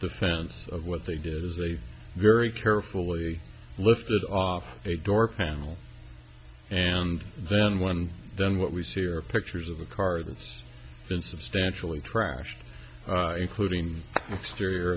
defense of what they did is a very carefully lifted off a door panel and then one done what we see are pictures of a car that's been substantially trashed including exterior